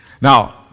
Now